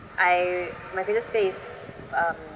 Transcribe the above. I my biggest fear is um